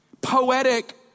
poetic